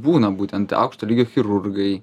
būna būtent aukšto lygio chirurgai